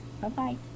Bye-bye